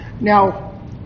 Now